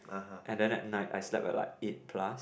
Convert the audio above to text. and then at night I slept at like eight plus